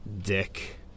Dick